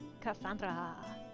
Cassandra